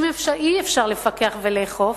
אם אי-אפשר לפקח ולאכוף,